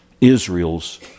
Israel's